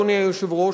אדוני היושב-ראש,